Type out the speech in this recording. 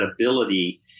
ability